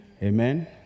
amen